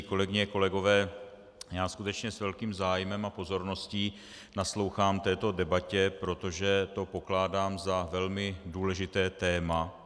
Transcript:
Kolegyně, kolegové, já skutečně s velkým zájmem a pozorností naslouchám této debatě, protože to pokládám za velmi důležité téma.